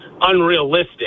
unrealistic